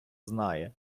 знає